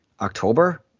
October